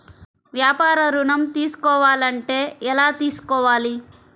వ్యాపార ఋణం తీసుకోవాలంటే ఎలా తీసుకోవాలా?